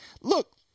look